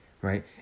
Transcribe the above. right